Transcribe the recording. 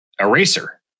Eraser